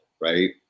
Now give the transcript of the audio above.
right